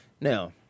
Now